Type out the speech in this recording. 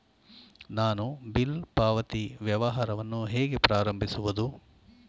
ನಾನು ಬಿಲ್ ಪಾವತಿ ವ್ಯವಹಾರವನ್ನು ಹೇಗೆ ಪ್ರಾರಂಭಿಸುವುದು?